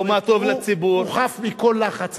הוא חף מכל לחץ.